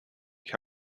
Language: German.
ich